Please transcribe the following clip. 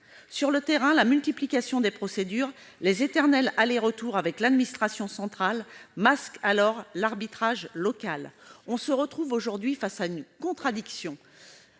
Sur le terrain, la multiplication des procédures, les éternels aller-retour avec l'administration centrale masquent alors l'arbitrage local. On se retrouve aujourd'hui face à une contradiction